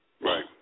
Right